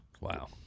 Wow